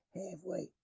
halfway